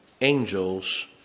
angels